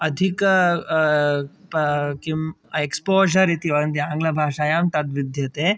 अधिक किम् एक्स्पोज़र् इति वदन्ति आङ्ग्लभाषायां तद्विद्यते